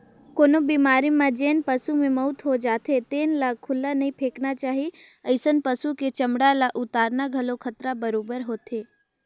कोनो बेमारी म जेन पसू के मउत हो जाथे तेन ल खुल्ला नइ फेकना चाही, अइसन पसु के चमड़ा ल उतारना घलो खतरा बरोबेर होथे